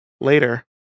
later